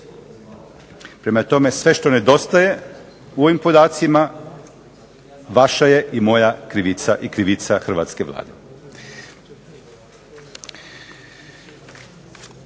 Prema tome, sve što nedostaje u ovim podacima vaša je i moja krivica i krivica hrvatske Vlade.